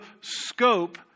scope